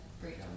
freedom